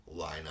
lineup